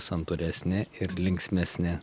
santūresni ir linksmesni